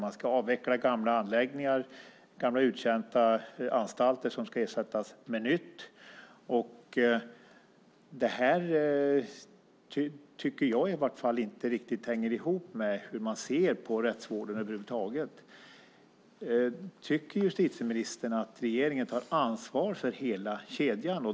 Man ska avveckla gamla anläggningar, uttjänta anstalter, som ska ersättas med nytt. Jag tycker inte riktigt att det hänger ihop med hur man ser på rättsvården över huvud taget. Tycker justitieministern att regeringen tar ansvar för hela kedjan?